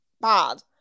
bad